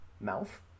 Mouth